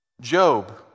Job